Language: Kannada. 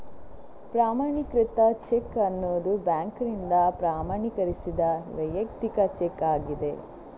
ಪ್ರಮಾಣೀಕೃತ ಚೆಕ್ ಅನ್ನುದು ಬ್ಯಾಂಕಿನಿಂದ ಪ್ರಮಾಣೀಕರಿಸಿದ ವೈಯಕ್ತಿಕ ಚೆಕ್ ಆಗಿದೆ